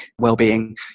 well-being